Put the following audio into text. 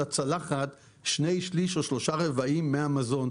הצלחת שני שלישים או שלושה רבעים מהמזון,